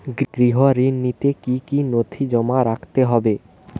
গৃহ ঋণ নিতে কি কি নথি জমা রাখতে হবে?